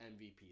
MVP